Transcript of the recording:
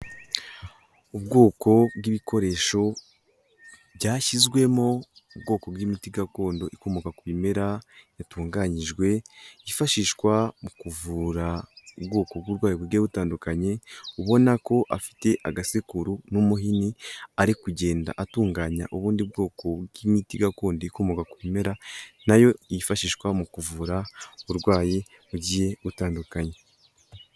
Ubwoko bw'ibikoresho byashyizwemo ubwoko bw'imiti gakondo ikomoka ku bimera, yatunganyijwe yifashishwa mu kuvura ubwoko bw'uburwayi bugiye butandukanye, ubona ko afite agasekuru n'umuhini ari kugenda atunganya ubundi bwoko bw'imiti gakondo ikomoka ku bimera, na yo yifashishwa mu kuvura uburwayi bugiye butandukanye.